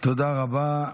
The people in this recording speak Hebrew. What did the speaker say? תודה רבה.